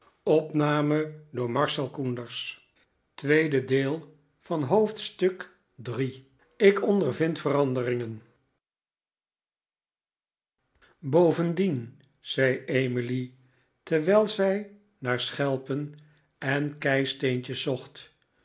zijn bovendien zei emily terwijl zij naar schelpen en keisteentjes zocht